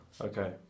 okay